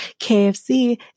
KFC